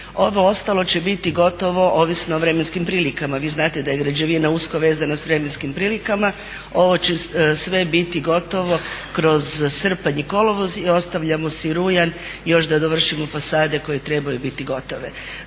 Ovo ostalo će biti gotovo ovisno o vremenskim prilikama. Vi znate da je građevina usko vezana sa vremenskim prilikama, ovo će sve biti gotovo kroz srpanj i kolovoz i ostavljamo si rujan još da završimo fasade koje trebaju biti gotove.